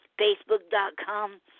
Facebook.com